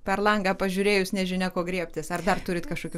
per langą pažiūrėjus nežinia ko griebtis ar dar turit kažkokių